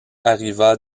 arriva